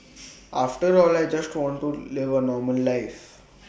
after all I just want to live A normal life